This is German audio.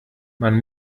man